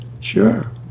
Sure